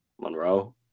Monroe